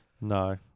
No